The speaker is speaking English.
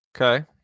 Okay